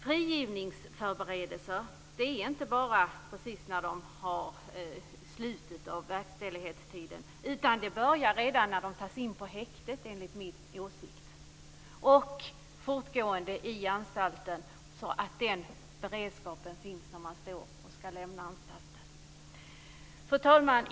Frigivningsförberedelser ska inte bara ske vid slutet av verkställighetstiden, utan de ska enligt min åsikt börja redan vid intagningen på häktet och sedan fortgå på anstalten så att en beredskap finns när det är dags att lämna anstalten. Fru talman!